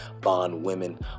bondwomen